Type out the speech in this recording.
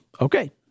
Okay